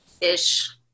ish